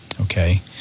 Okay